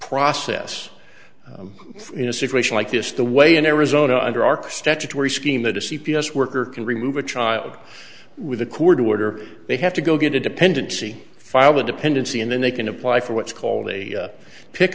process in a situation like this the way in arizona under arks statutory scheme that a c p s worker can remove a child with a court order they have to go get a dependency file a dependency and then they can apply for what's called a pick